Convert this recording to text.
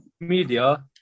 media